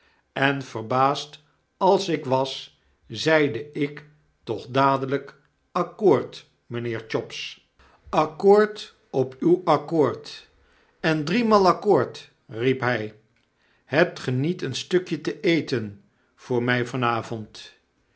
en verbaasd als ik was zeide ik toch dadelyk accoord mynheer chops een huis te huur accoord op uw accoord en driemaal accoord riep hy hebt ge niet een stukje te eten voor mij